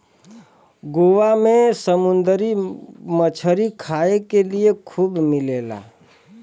गोवा में समुंदरी मछरी खाए के लिए खूब मिलेला